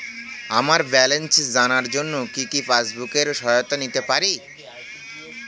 আমার ব্যালেন্স জানার জন্য কি পাসবুকের সহায়তা নিতে পারি?